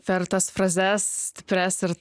per tas frazes stiprias ir